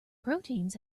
proteins